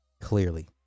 Clearly